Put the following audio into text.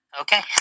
Okay